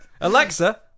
Alexa